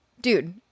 Dude